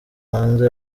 hanze